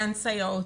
אותן סייעות?